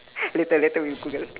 later later we google